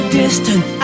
distant